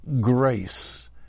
Grace